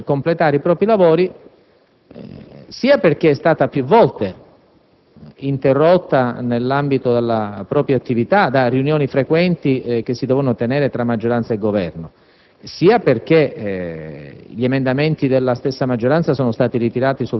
non ha potuto completare i propri lavori sia perché è stata più volte interrotta, nell'ambito della propria attività, da riunioni frequenti che si dovevano tenere tra maggioranza e Governo,